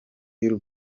y’u